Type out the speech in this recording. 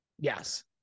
yes